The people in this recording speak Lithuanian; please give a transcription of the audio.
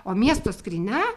o miesto skrynia